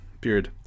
Period